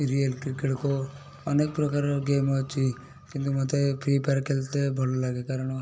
real cricket go ଅନେକ ପ୍ରକାରର game ଅଛି କିନ୍ତୁ ମୋତେ ଫ୍ରୀ ଫାୟାର୍ ଖେଳିତେ ଭଲ ଲାଗେ କାରଣ